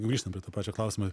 grįžtant prie to pačio klausimo